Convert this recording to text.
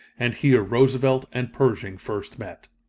and here roosevelt and pershing first met.